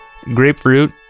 grapefruit